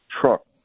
truck